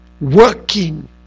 working